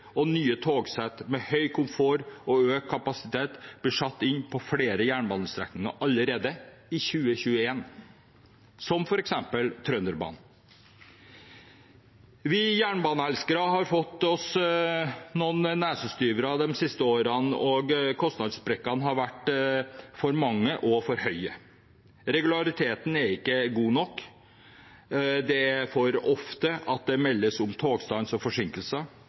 og nye togsett med høy komfort og økt kapasitet blir satt inn på flere jernbanestrekninger allerede i 2021, som f.eks. Trønderbanen. Vi jernbaneelskere har fått oss noen nesestyvere de siste årene, og kostnadssprekkene har vært for mange og for høye. Regulariteten er ikke god nok. Det er for ofte at det meldes om togstans og forsinkelser.